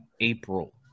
April